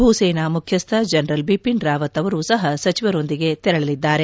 ಭೂಸೇನಾ ಮುಖ್ಯಸ್ವ ಜನರಲ್ ಬಿಪಿನ್ ರಾವತ್ ಅವರು ಸಹ ಸಚಿವರೊಂದಿಗೆ ತೆರಳಲಿದ್ದಾರೆ